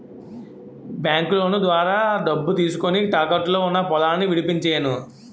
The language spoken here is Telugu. బాంకులోను ద్వారా డబ్బు తీసుకొని, తాకట్టులో ఉన్న పొలాన్ని విడిపించేను